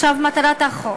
מטרת החוק